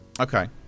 Okay